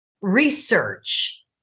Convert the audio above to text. research